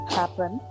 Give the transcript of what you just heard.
happen